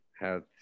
health